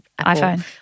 iPhone